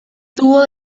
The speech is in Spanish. tuvo